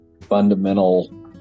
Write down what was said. fundamental